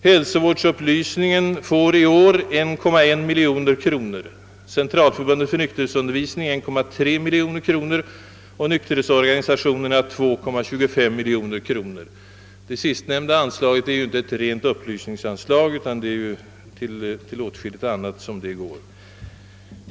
Hälsovårdsupplysningen får i år 1,1 miljoner kronor, Centralförbundet för nykterhetsundervisning 1,3 miljoner kronor och nykterhetsorganisationerna 2,25 miljoner kronor. Det sistnämnda är inte ett rent upplysningsanslag utan går till åtskilligt annat.